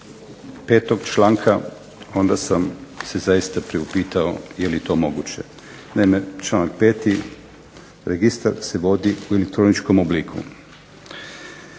do 5. članka onda sam se zaista priupitao, jeli to moguće? Naime, članak 5. registar se vodi u elektroničkom obliku.